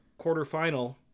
quarterfinal